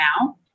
now